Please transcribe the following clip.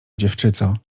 dziewczyco